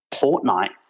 fortnight